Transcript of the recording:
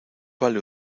vale